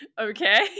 okay